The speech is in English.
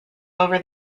over